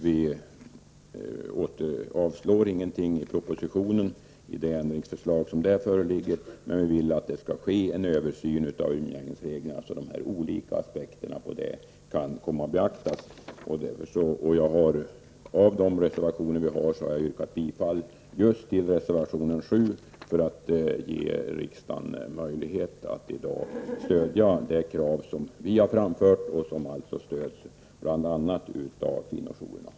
Vi yrkar inte avslag på ändringsförslaget i propositionen, men vi vill att det skall göras en översyn av umgängesreglerna, så att de olika aspekter som finns på dem kan komma att beaktas. Bland de reservationer som vi har avgett har jag yrkat bifall just till reservation 7 för att ge riksdagen möjlighet att i dag stödja vårt krav, ett krav som också stöds av bl.a. kvinnojourerna.